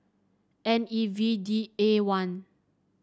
N E V D A one